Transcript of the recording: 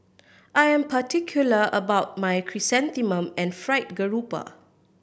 I am particular about my chrysanthemum and Fried Garoupa